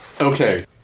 Okay